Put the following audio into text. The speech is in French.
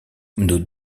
nos